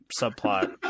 subplot